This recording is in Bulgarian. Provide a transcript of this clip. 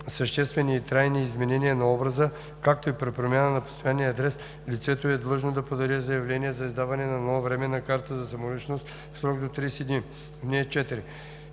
съществени и трайни изменения на образа, както и при промяна на постоянния адрес лицето е длъжно да подаде заявление за издаване на нова временна карта за самоличност в срок до 30 дни.